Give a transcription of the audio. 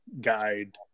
guide